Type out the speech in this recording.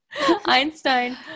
Einstein